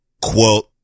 Quote